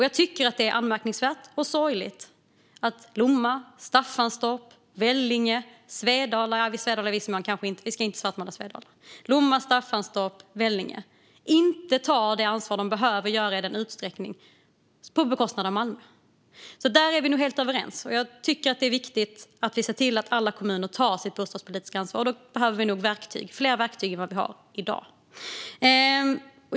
Jag tycker att det är anmärkningsvärt och sorgligt att Lomma, Staffanstorp och Vellinge inte tar ansvar i den utsträckning som de behöver göra på bekostnad av Malmö. Där är vi nog helt överens. Jag tycker att det är viktigt att vi ser till att alla kommuner tar sitt bostadspolitiska ansvar, och då behöver vi nog fler verktyg än vad vi har i dag.